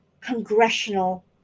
congressional